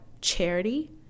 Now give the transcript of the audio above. charity